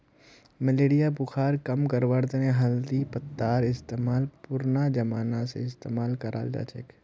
malaria बुखारक कम करवार तने हल्दीर पत्तार इस्तेमाल पुरना जमाना स इस्तेमाल कराल जाछेक